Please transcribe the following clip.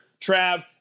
Trav